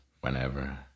whenever